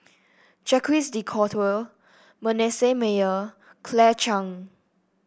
Jacques De Coutre Manasseh Meyer Claire Chiang